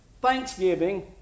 thanksgiving